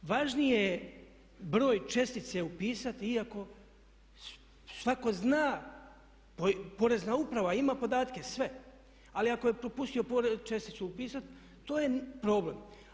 Važnije je broj čestice upisati iako svatko zna, Porezna uprava ima podatke sve, ali ako je propustio česticu upisati to je problem.